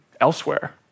elsewhere